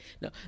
no